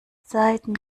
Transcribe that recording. zeiten